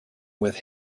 with